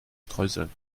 streuseln